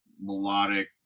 melodic